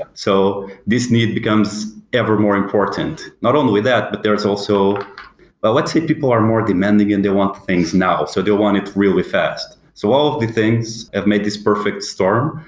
so this need becomes ever more important. not only that, but there is also but let's say people are more demanding and they want things now. so they want it really fast. so all of the things have made this perfect storm,